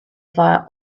via